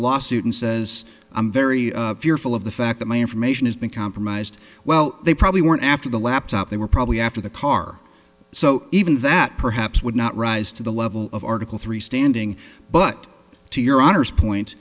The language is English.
a lawsuit and says i'm very fearful of the fact that my information has been compromised well they probably weren't after the laptop they were probably after the car so even that perhaps would not rise to the level of article three standing but to your honor's point